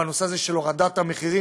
בנושא הזה של הורדת המחירים,